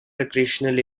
recreational